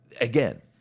Again